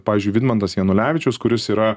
pavyzdžiui vidmantas janulevičius kuris yra